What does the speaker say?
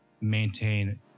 maintain